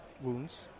wounds